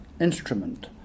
instrument